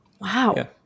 wow